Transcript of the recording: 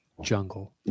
jungle